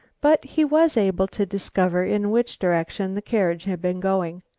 but he was able to discover in which direction the carriage had been going.